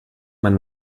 man